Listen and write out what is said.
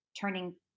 turning